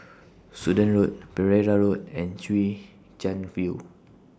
Sudan Road Pereira Road and Chwee Chian View